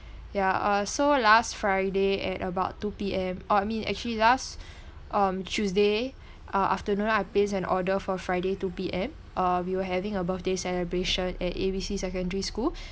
ya uh so last friday at about two P_M uh I mean actually last um tuesday uh afternoon I placed an order for friday two P_M uh we were having a birthday celebration at A B C secondary school